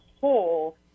whole